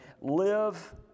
live